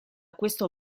questo